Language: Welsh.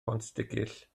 pontsticill